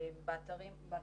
באתרים השונים,